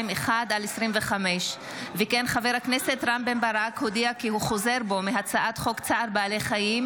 עוד אודיעכם כי בהתאם לסעיף 96